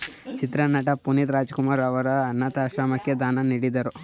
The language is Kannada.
ಚಿತ್ರನಟ ಪುನೀತ್ ರಾಜಕುಮಾರ್ ಅವರು ಅನಾಥಾಶ್ರಮಕ್ಕೆ ದಾನ ನೀಡಿದರು